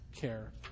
care